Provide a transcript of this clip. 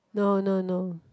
no no no